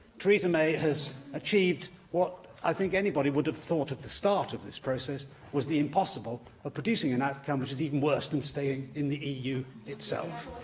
theresa may has achieved what i think anybody would have thought at the start of this process was the impossible of producing an outcome that is even worse than staying in the eu itself.